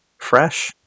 fresh